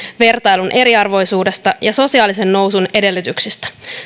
vertailun eriarvoisuudesta ja sosiaalisen nousun edellytyksistä